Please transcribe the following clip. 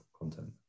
content